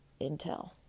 intel